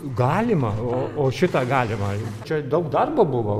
galima o šitą galima čia daug darbo buvo